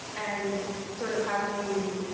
and sort of, how do you.